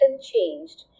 changed